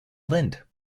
lind